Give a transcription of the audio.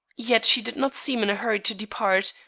yet she did not seem in a hurry to depart,